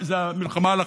זה מלחמה על החלוקה.